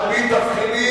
מיליון, על-פי תבחינים,